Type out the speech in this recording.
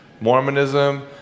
Mormonism